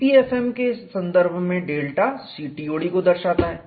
EPFM के संदर्भ में डेल्टा CTOD को दर्शाता है